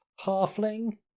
Halfling